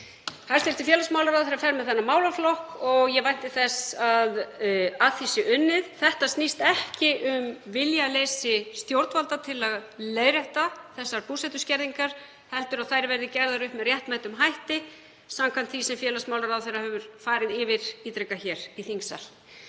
Hæstv. félagsmálaráðherra fer með þennan málaflokk og ég vænti þess að að því sé unnið. Þetta snýst ekki um viljaleysi stjórnvalda til að leiðrétta þessar búsetuskerðingar heldur að þær verði gerðar upp með réttmætum hætti samkvæmt því sem félagsmálaráðherra hefur farið yfir ítrekað hér í þingsal.